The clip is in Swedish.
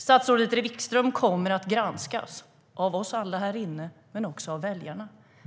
Statsrådet Wikström kommer att granskas - av oss alla här inne men också av väljarna.